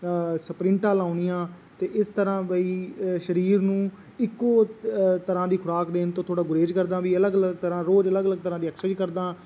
ਸਪਰਿੰਟਾਂ ਲਾਉਣੀਆਂ ਅਤੇ ਇਸ ਤਰ੍ਹਾਂ ਬਈ ਸਰੀਰ ਨੂੰ ਇੱਕੋ ਤਰ੍ਹਾਂ ਦੀ ਖੁਰਾਕ ਦੇਣ ਤੋਂ ਥੋੜ੍ਹਾ ਗੁਰੇਜ਼ ਕਰਦਾਂ ਵੀ ਅਲੱਗ ਅਲੱਗ ਤਰ੍ਹਾਂ ਰੋਜ਼ ਅਲੱਗ ਤਰ੍ਹਾਂ ਦੀ ਐਕਸਰਸਾਈਜ਼ ਕਰਦਾਂ